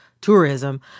tourism